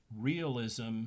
realism